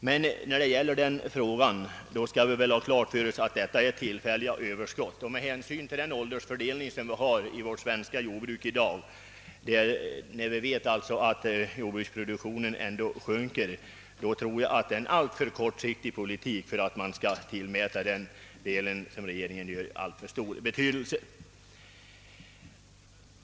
Dessa överskott är emellertid endast tillfälliga, och när vi vet att jordbruksproduktionen automatiskt kommer att sjunka, är det kortsiktig politik att tillmäta överskotten alltför stor betydelse.